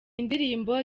ndirimbo